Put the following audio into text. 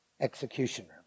executioner